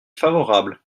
favorable